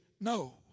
no